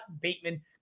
Bateman